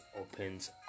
opens